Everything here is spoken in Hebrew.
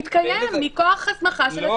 יתקיים מכוח הסמכה של התקנות.